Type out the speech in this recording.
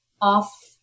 off